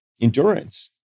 endurance